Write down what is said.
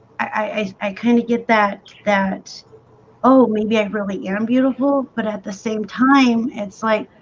i i kind of get that that oh, maybe i really am beautiful but at the same time it's like